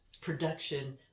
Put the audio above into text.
production